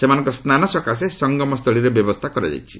ସେମାନଙ୍କ ସ୍ନାନ ସକାଶେ ସଂଗମସ୍ଥଳୀରେ ବ୍ୟବସ୍ଥା କରାଯାଇଛି